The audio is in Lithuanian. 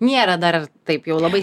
nėra dar taip jau labai